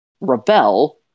rebel